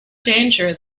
danger